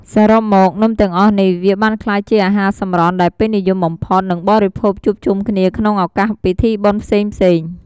សរុបមកនំទាំងអស់នេះវាបានក្លាយជាអាហារសម្រន់ដែលពេញនិយមបំផុត និងបរិភោគជួបជុំគ្នាក្នុងឧកាសពិធីបុណ្យផ្សេងៗ។